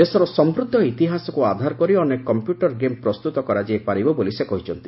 ଦେଶର ସମୃଦ୍ଧ ଇତିହାସକୁ ଆଧାର କରି ଅନେକ କମ୍ପ୍ୟୁଟର ଗେମ୍ ପ୍ରସ୍ତୁତ କରାଯାଇ ପାରିବ ବୋଲି ସେ କହିଛନ୍ତି